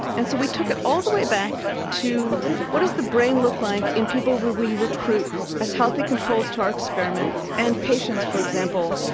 and so we took it all the way back to what does the brain look like in people we we recruit as healthy controls to our experiments, and patients, for example,